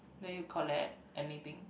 then you collect anything